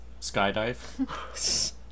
skydive